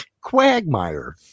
quagmire